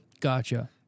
Gotcha